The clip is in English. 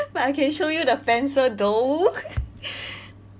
but I can show you the pencil though